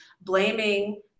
blaming